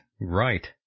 Right